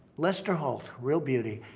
lester holt, real beauty.